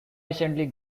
recently